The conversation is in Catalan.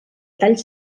tall